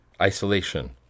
Isolation